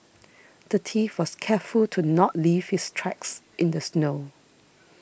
the thief was careful to not leave his tracks in the snow